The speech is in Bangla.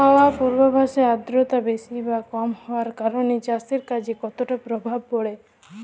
আবহাওয়ার পূর্বাভাসে আর্দ্রতা বেশি বা কম হওয়ার কারণে চাষের কাজে কতটা প্রভাব পড়ে?